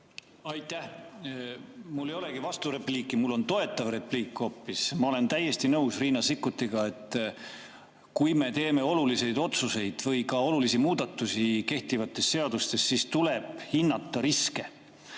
Aitäh! Mul ei olegi vasturepliiki, mul on hoopis toetav repliik. Ma olen täiesti nõus Riina Sikkutiga, et kui me teeme olulisi otsuseid või ka olulisi muudatusi kehtivates seadustes, siis tuleb hinnata riske.